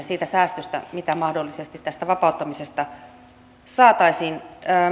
siitä säästöstä mitä mahdollisesti tästä vapauttamisesta saataisiin